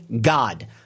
God